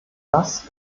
das